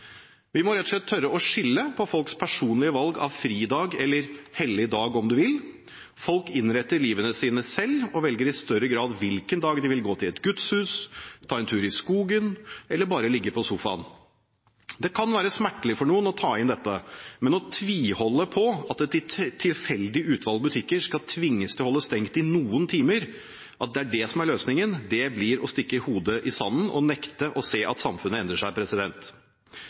Vi må rett og slett tørre å skille på folks personlige valg av fridag eller hellig dag, om man vil. Folk innretter livene sine selv og velger i større grad hvilken dag de vil gå til et gudshus, ta en tur i skogen, eller bare ligge på sofaen. Det kan være smertelig for noen å ta dette inn, men å tviholde på at et tilfeldig utvalg butikker skal tvinges til å holde stengt i noen timer, er det som er løsningen, blir å stikke hodet i sanden og nekte å se at samfunnet endrer seg.